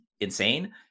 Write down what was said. insane